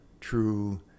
true